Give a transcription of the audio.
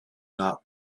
not